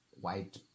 white